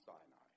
Sinai